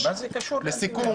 לסיכום,